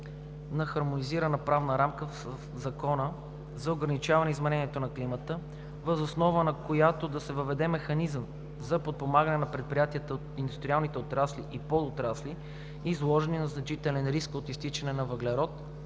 на хармонизирана правна рамка в Закона за ограничаване изменението на климата, въз основа на която да се въведе механизъм за подпомагане на предприятията от индустриалните отрасли и подотрасли, изложени на значителен риск от „изтичане на въглерод“,